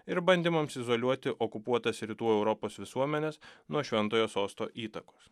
ir bandymams izoliuoti okupuotas rytų europos visuomenes nuo šventojo sosto įtakos